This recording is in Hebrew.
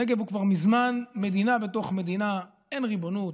הנגב הוא כבר מזמן מדינה בתוך מדינה: אין ריבונות,